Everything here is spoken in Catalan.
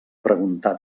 preguntar